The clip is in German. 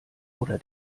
oder